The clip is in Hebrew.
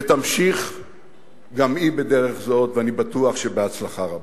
ותמשיך גם היא בדרך זו, ואני בטוח שבהצלחה רבה.